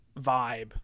vibe